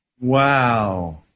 Wow